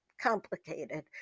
complicated